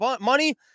money